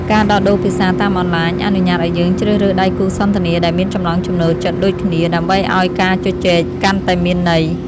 ការដោះដូរភាសាតាមអនឡាញអនុញ្ញាតឱ្យយើងជ្រើសរើសដៃគូសន្ទនាដែលមានចំណង់ចំណូលចិត្តដូចគ្នា ដើម្បីឱ្យការជជែកកាន់តែមានន័យ។